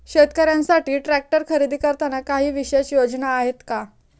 शेतकऱ्यांसाठी ट्रॅक्टर खरेदी करताना काही विशेष योजना आहेत का?